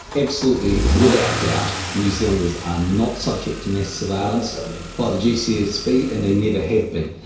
absolutely without doubt new zealanders are not subject to mass surveillance by the gcsb and they never have been.